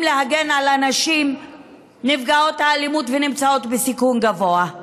להגן על הנשים נפגעות האלימות ושנמצאות בסיכון גבוה.